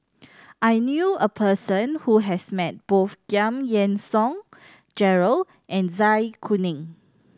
I knew a person who has met both Giam Yean Song Gerald and Zai Kuning